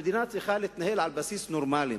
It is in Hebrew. המדינה צריכה להתנהל על בסיס נורמלי,